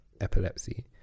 epilepsy